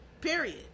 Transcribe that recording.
Period